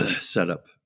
setup